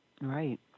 Right